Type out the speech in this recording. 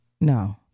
No